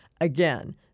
again